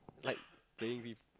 like playing vi~